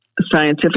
scientific